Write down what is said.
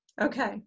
Okay